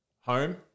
home